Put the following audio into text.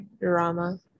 drama